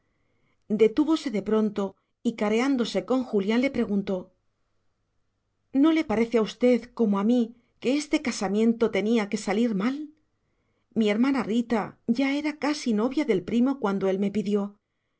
detúvose de pronto y careándose con julián le preguntó no le parece a usted como a mí que este casamiento tenía que salir mal mi hermana rita ya era casi novia del primo cuando él me pidió